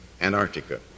Antarctica